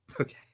okay